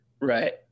Right